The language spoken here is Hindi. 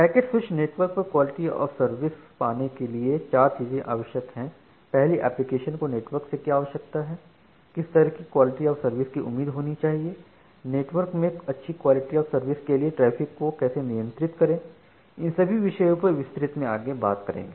पैकेट स्विच नेटवर्क पर क्वालिटी ऑफ़ सर्विस पाने के लिए चार चीजें आवश्यक हैं पहली एप्लीकेशनको नेटवर्क से क्या आवश्यकता है किस तरह की क्वालिटी ऑफ़ सर्विस की उम्मीद होनी चाहिए नेटवर्क में अच्छी क्वालिटी ऑफ़ सर्विस के लिए ट्रैफिक को कैसे नियंत्रित करें इन सभी विषयों पर विस्तृत में आगे बात करेंगे